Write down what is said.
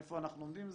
איפה אנחנו עומדים.